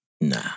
Nah